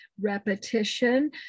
repetition